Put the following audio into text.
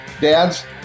Dads